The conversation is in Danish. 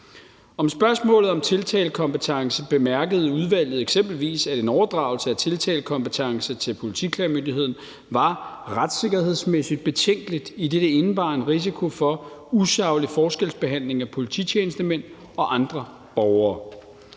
Om spørgsmålet om tiltalekompetence bemærkede udvalget eksempelvis, at en overdragelse af tiltalekompetence til Politiklagemyndigheden var retssikkerhedsmæssigt betænkeligt, idet det indebar en risiko for usaglig forskelsbehandling af polititjenestemænd og andre borgere.